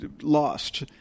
lost